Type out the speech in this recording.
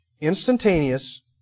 Instantaneous